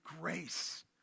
grace